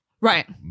right